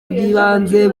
bw’ibanze